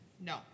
No